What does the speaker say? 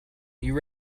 you